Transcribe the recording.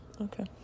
okay